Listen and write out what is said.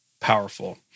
powerful